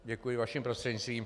Děkuji vaším prostřednictvím.